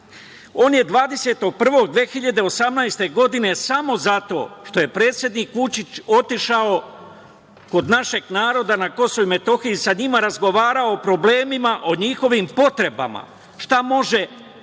On je 20.01.2018. godine samo zato što je predsednik Vučić otišao kod našeg naroda na Kosovo i Metohiju i sa njima razgovarao o problemima, o njihovim potrebama, šta može